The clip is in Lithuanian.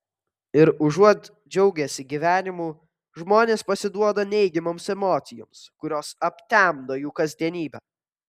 ir užuot džiaugęsi gyvenimu žmonės pasiduoda neigiamoms emocijoms kurios aptemdo jų kasdienybę